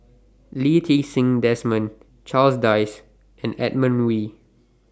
Lee Ti Seng Desmond Charles Dyce and Edmund Wee